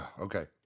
Okay